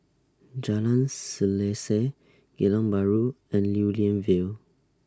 Jalan Selaseh Geylang Bahru and Lew Lian Vale